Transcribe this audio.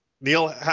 Neil